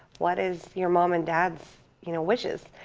what is your mom and dad's you know wishes?